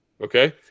Okay